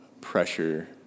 pressure